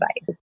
advice